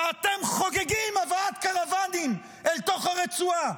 ואתם חוגגים הבאת קרוואנים אל תוך הרצועה.